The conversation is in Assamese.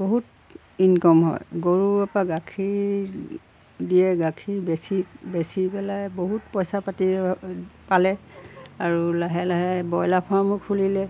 বহুত ইনকম হয় গৰুৰপৰা গাখীৰ দিয়ে গাখীৰ বেচি বেচি পেলাই বহুত পইচা পাতি পালে আৰু লাহে লাহে ব্ৰইলাৰ ফাৰ্মো খুলিলে